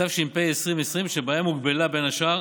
התש"ף 2020, שבהן הוגבלה בין השאר